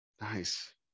Nice